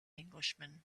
englishman